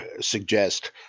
suggest